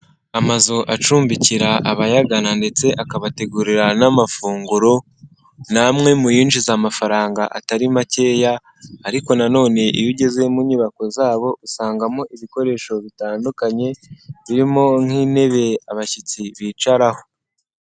Amazu acumbikira abayagana ndetse akabategurira n'amafunguro ni amwe mu yinjiza amafaranga atari makeya ariko nanone iyo ugeze mu nyubako zabo usangamo ibikoresho bitandukanye birimo nk'intebe abashyitsi bicaraho.